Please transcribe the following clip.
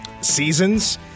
seasons